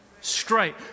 straight